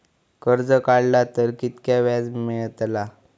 कर्ज काडला तर कीतक्या व्याज मेळतला?